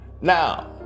Now